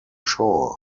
shore